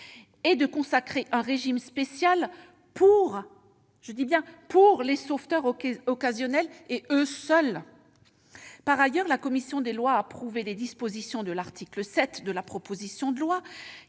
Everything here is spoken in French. bien de consacrer un régime spécial pour les sauveteurs occasionnels et eux seuls. Par ailleurs, la commission des lois a approuvé les dispositions de l'article 7 de la proposition de loi